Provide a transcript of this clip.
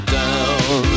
down